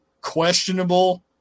questionable